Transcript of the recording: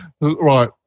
Right